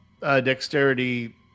Dexterity